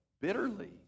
bitterly